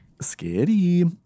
Scary